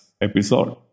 episode